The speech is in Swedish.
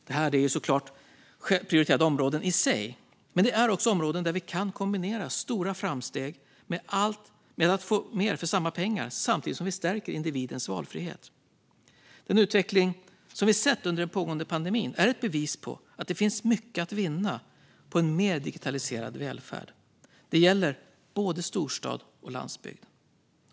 Detta är såklart prioriterade områden i sig, men det är också områden där vi kan kombinera stora framsteg med att få mer för samma pengar samtidigt som vi stärker individens valfrihet. Den utveckling som vi har sett under den pågående pandemin är ett bevis på att det finns mycket att vinna på en mer digitaliserad välfärd. Det gäller både storstad och landsbygd.